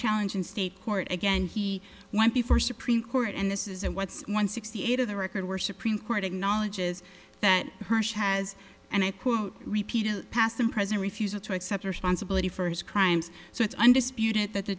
challenge in state court again he went before supreme court and this is what's one sixty eight of the record were supreme court acknowledges that hersh has and i quote repeated past and present refusal to accept responsibility for his crimes so it's undisputed that the